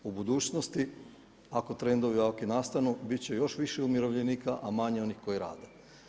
U budućnosti ako trendovi ovakvi nastanu bit će još više umirovljenika, a manje onih koji rade.